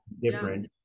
different